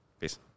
Peace